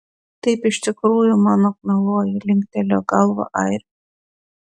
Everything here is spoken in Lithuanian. taip iš tikrųjų mano mieloji linktelėjo galva airiui